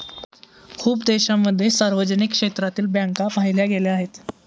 खूप देशांमध्ये सार्वजनिक क्षेत्रातील बँका पाहिल्या गेल्या आहेत